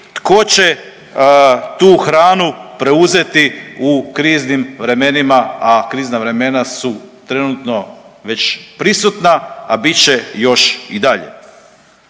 tko će tu hranu preuzeti u kriznim vremenima, a krizna vremena su trenutno već prisutna, a bit će još i dalje.